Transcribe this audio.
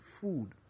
food